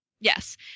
yes